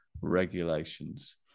regulations